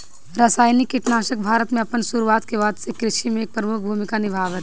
रासायनिक कीटनाशक भारत में अपन शुरुआत के बाद से कृषि में एक प्रमुख भूमिका निभावता